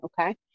Okay